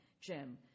Jim